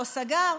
לא סגר.